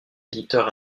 éditeurs